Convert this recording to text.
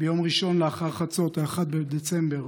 ביום ראשון לאחר חצות, 1 בדצמבר,